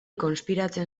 konspiratzen